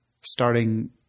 starting